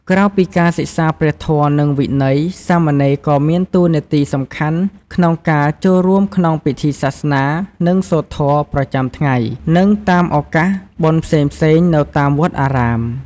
ក្រៅពីការសិក្សាព្រះធម៌ និងវិន័យ សាមណេរក៏មានតួនាទីសំខាន់ក្នុងការ ចូលរួមក្នុងពិធីសាសនា និងសូត្រធម៌ ប្រចាំថ្ងៃ និងតាមឱកាសបុណ្យផ្សេងៗនៅវត្តអារាម។